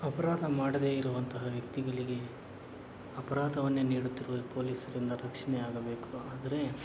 ಅಪರಾದ ಮಾಡದೇ ಇರುವಂತಹ ವ್ಯಕ್ತಿಗಳಿಗೆ ಅಪರಾದವನ್ನೇ ನೀಡುತ್ತಿರುವ ಪೊಲೀಸರಿಂದ ರಕ್ಷಣೆ ಆಗಬೇಕು ಆದರೇ